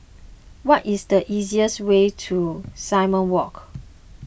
what is the easiest way to Simon Walk